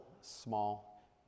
small